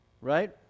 right